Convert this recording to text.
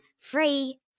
free